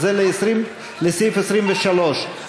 לסעיף 23,